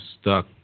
stuck